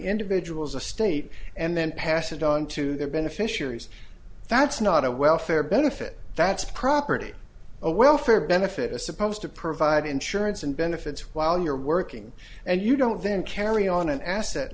individual's a state and then pass it on to their beneficiaries that's not a welfare benefit that's property a welfare benefit is supposed to provide insurance and benefits while you're working and you don't then carry on an asset